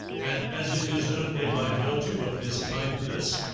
and as it is only by virtue of his kindness,